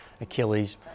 Achilles